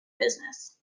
business